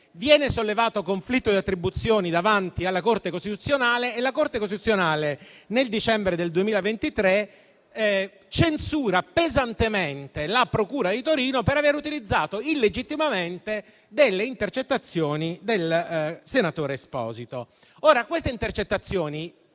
Viene sollevato conflitto di attribuzioni davanti alla Corte costituzionale e quest'ultima, nel dicembre del 2023, censura pesantemente la procura di Torino per aver utilizzato illegittimamente delle intercettazioni del senatore Esposito. Ora, queste intercettazioni,